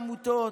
ראשי עמותות,